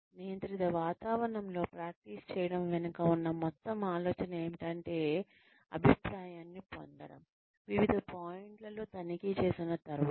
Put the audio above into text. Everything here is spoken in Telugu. నియంత్రిత వాతావరణంలో ప్రాక్టీస్ చేయడం వెనుక ఉన్న మొత్తం ఆలోచన ఏమిటంటే అభిప్రాయాన్ని పొందడం వివిధ పాయింట్లలో తనిఖీ చేసిన తర్వాత